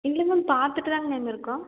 இல்லை மேம் பார்த்துட்டு தான்ங்க மேம் இருக்கோம்